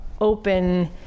open